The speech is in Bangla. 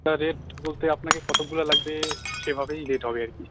স্যার রেট বলতে আপনাকে কতকগুলো লাগবে সেভাবেই রেট হবে আর কি